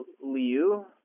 Liu